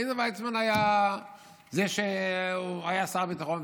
עזר ויצמן היה שר הביטחון,